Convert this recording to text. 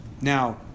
Now